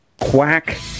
quack